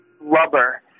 rubber